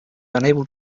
unable